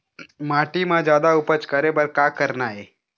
माटी म जादा उपज करे बर का करना ये?